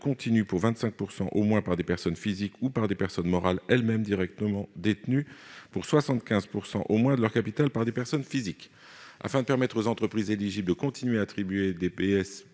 continue, pour 25 % au moins, par des personnes physiques ou par des personnes morales, elles-mêmes directement détenues pour 75 % au moins de leur capital par des personnes physiques. Afin de permettre aux entreprises éligibles de continuer à attribuer des